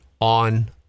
on